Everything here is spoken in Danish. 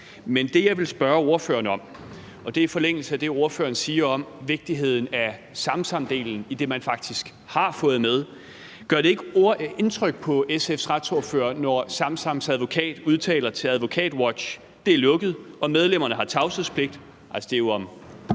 Men det, jeg vil spørge ordføreren om, er i forlængelse af det, ordføreren siger om vigtigheden af Samsamdelen i det, man faktisk har fået med. Gør det ikke indtryk på SF's retsordfører, når Samsams advokat udtaler til AdvokatWatch: »Det er også lukket, og medlemmerne har tavshedspligt«. Altså, det er jo om